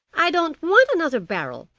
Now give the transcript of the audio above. i don't want another barrel,